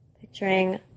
Picturing